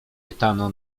pytano